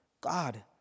God